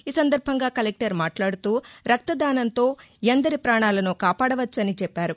ఈ సందర్బంగా కలెక్షర్ మాట్లాడుతూ రక్త దానంతో ఎందరి ప్రాణాలనో కాపాడవచ్చని చెప్పారు